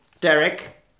Derek